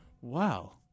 wow